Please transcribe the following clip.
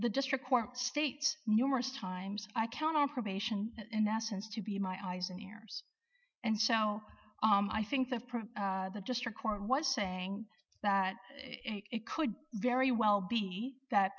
the district court states numerous times i count on probation in essence to be my eyes and ears and so i think the problem the district court was saying that it could very well be that